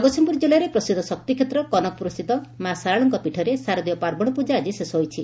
ଜଗତ୍ସିଂହପୁର ଜିଲ୍ଲାର ପ୍ରସିଦ୍ଧ ଶକ୍ତିଷେତ୍ର କନକପୁରସ୍ତିତ ମା' ଶାରଳାଙ୍କ ପୀଠରେ ଶାରଦୀୟ ପାର୍ବଣ ପୂଜା ଆଜି ଶେଷ ହୋଇଛି